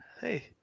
Hey